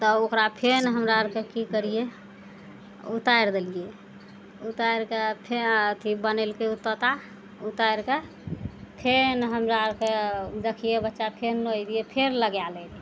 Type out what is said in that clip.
तऽ ओकरा फेन हमरा अरके की करियइ उतारि देलियइ उतारिके फेन अथी बनेलकइ उ तोता उतारिके फेन हमरा अरके देखियइ बच्चा फेन नोचि दै रहियइ फेन लगा लै रहय